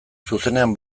zuzenean